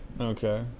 Okay